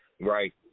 right